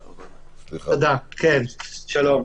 שלום.